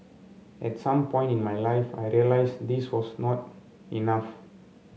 at some point in my life I realised this was not enough